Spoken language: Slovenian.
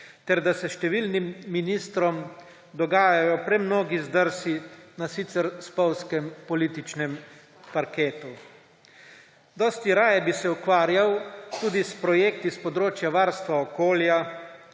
ter da se številnim ministrom dogajajo premnogi zdrsi na sicer spolzkem političnem parketu. Dosti raje bi se ukvarjal tudi s projekti s področja varstva okolja,